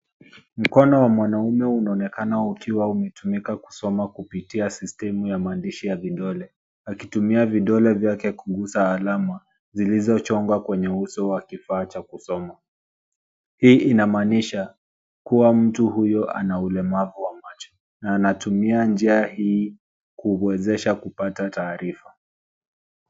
Mkono wa mwanaume unaonekana ukiwa umetumika kusoma kupitia sistemu ya maandishi ya vidole, akitumia vidole vyake kugusa alama zilizochongwa kwenye uso wa kifaa cha kusoma. Hii inamaanisha kuwa mtu huyo ana ulemavu wa macho na anatumia njia hii kumwezesha kupata taarifa